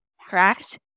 correct